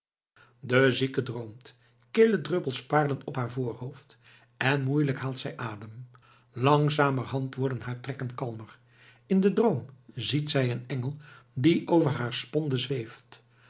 de zieke droomt kille druppels parelen op haar voorhoofd en moeielijk haalt zij adem langzamerhand worden haar trekken kalmer in den droom ziet zij een engel die over haar sponde zweeft